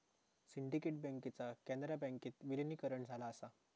syndicate बँकेचा कॅनरा बँकेत विलीनीकरण झाला असा